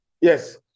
yes